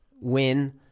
win